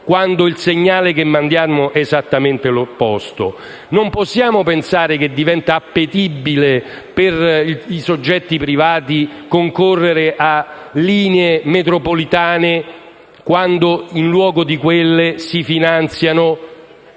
quando il segnale che mandiamo è esattamente l'opposto. Non possiamo pensare che diventi appetibile per i soggetti privati concorrere a linee metropolitane quando, in luogo di quelle, si finanziano,